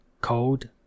Cold